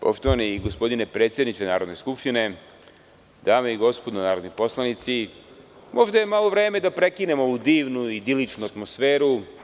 Poštovani gospodine predsedniče Narodne skupštine, dame i gospodo narodni poslanici, možda je malo vreme da prekinem ovu divnu, idiličnu atmosferu.